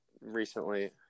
recently